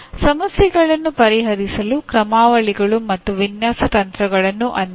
ಸಮಸ್ಯೆಗಳನ್ನು ಪರಿಹರಿಸಲು ಕ್ರಮಾವಳಿಗಳು ಮತ್ತು ವಿನ್ಯಾಸ ತಂತ್ರಗಳನ್ನು ಅನ್ವಯಿಸಿ